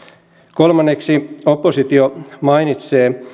kolmanneksi oppositio mainitsee